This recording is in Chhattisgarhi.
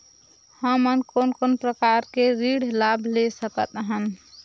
हमन कोन कोन प्रकार के ऋण लाभ ले सकत हन?